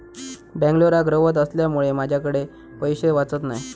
बेंगलोराक रव्हत असल्यामुळें माझ्याकडे पैशे वाचत नाय